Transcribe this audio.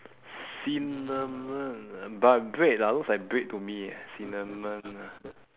cinnamon ah but bread lah looks like bread to me eh cinnamon